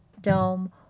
dome